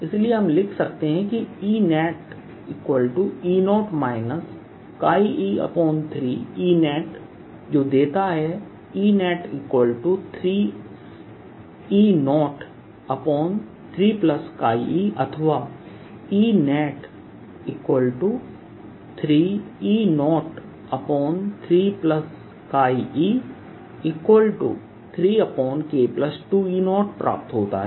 इसलिए हम लिख सकते हैं EnetE0 e3Enetजो देता हैEnet3E03e अथवा Enet3E03e3K2E0 प्राप्त होता है